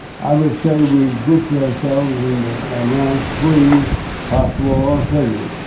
i would say we grouped ourselves in around three possible alternatives.